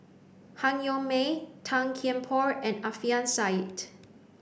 Han Yong May Tan Kian Por and Alfian Sa'at